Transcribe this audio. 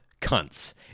Cunts